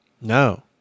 No